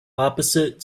opposite